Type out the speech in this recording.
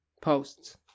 posts